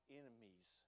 enemies